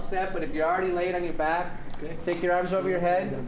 set. but if you're already laying on your back, take your arms over your head.